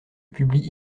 publie